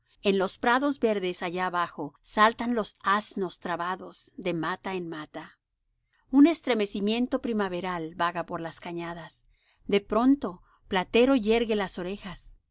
en los prados verdes allá abajo saltan los asnos trabados de mata en mata un estremecimiento primaveral vaga por las cañadas de pronto platero yergue las orejas